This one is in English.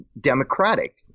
democratic